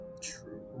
True